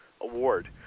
Award